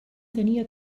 tenia